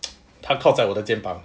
她靠在我的肩膀